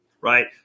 Right